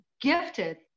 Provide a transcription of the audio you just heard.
gifted